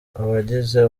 abagize